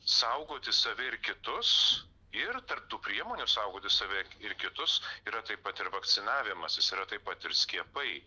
saugoti save ir kitus ir tarp tų priemonių saugoti save ir kitus yra taip pat ir vakcinavimasis yra taip pat ir skiepai